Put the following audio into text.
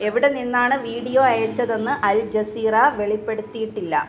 എവിടെ നിന്നാണ് വീഡിയോ അയച്ചതെന്ന് അൽജസീറ വെളിപ്പെടുത്തിയിട്ടില്ല